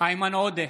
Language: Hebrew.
איימן עודה,